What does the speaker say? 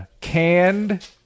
canned